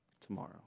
tomorrow